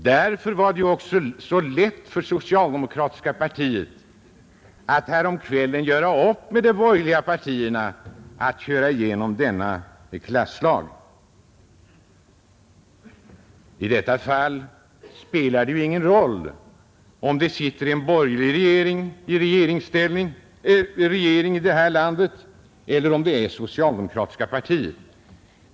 Därför var det också så lätt för det socialdemokratiska partiet och regeringen att häromkvällen göra upp med de borgerliga partierna att köra igenom denna klasslag. I detta fall spelar det ju ingen roll om det sitter en borgerlig regering i detta land eller om det är en socialdemokratisk regering.